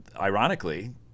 ironically